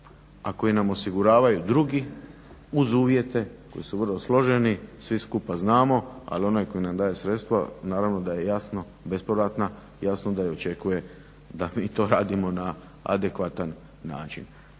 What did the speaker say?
koja nam osiguravaju drugi uz uvjete koji su vrlo složeni, svi skupa znamo, ali onaj tko nam daje sredstva naravno da je jasno bespovratna, jasno da očekuje da mi to radimo na adekvatan način.